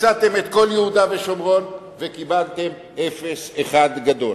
הצעתם את כל יהודה ושומרון וקיבלתם אפס אחד גדול?